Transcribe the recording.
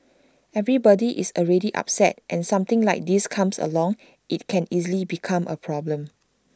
everybody is already upset and something like this comes along IT can easily become A problem